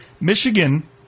Michigan